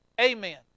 Amen